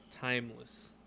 timeless